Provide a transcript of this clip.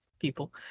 people